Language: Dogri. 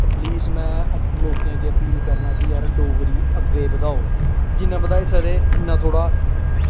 ते प्लीज़ में लोकें अग्गें अपील करना कि यार डोगरी अग्गें बधाओ जि'न्ना बधाई सकदे इ'न्ना थोह्ड़ा